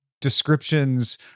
descriptions